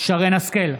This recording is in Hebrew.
שרן מרים השכל,